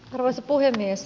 arvoisa puhemies